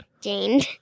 Jane